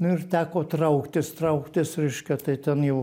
nu ir teko trauktis trauktis reiškia tai ten jau